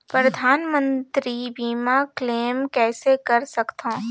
परधानमंतरी मंतरी बीमा क्लेम कइसे कर सकथव?